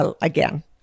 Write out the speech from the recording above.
again